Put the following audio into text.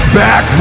back